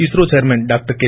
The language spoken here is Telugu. ISRO chairman doctor K